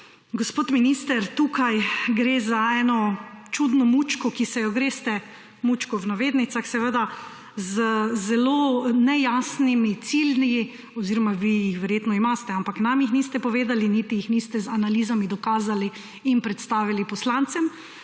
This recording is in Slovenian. Gospod minister, tukaj gre za eno čudno »mučko«, ki se jo greste, »mučko« v navednicah, seveda, z zelo nejasnimi cilji, oziroma vi jih verjetno imate, ampak nam jih niste povedali niti jih niste z analizami dokazali in predstavili poslancem,